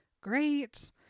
great